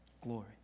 glory